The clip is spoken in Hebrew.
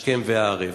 השכם והערב.